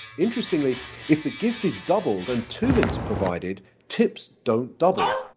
interestingly if the gift is doubled and two mints are provided, tips don't double.